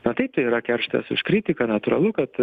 na taip yra kerštas už kritiką natūralu kad